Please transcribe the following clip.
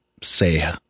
say